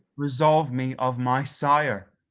resolve me of my sire.